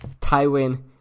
Tywin